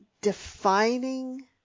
defining